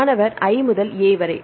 மாணவர் I முதல் A வரை